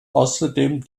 außerdem